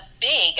big